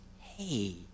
Hey